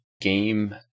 game